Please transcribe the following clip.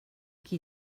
qui